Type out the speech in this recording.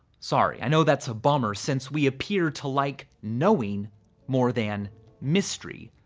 sorry, i know that's a bummer, since we appear to like knowing more than mystery.